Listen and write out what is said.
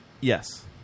Yes